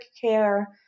care